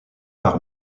par